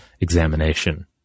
examination